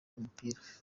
umupira